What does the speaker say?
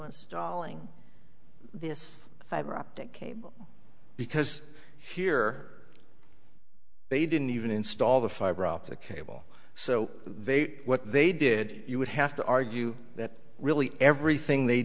installing this fiber optic cable because here they didn't even install the fiber optic cable so they ate what they did you would have to argue that really everything they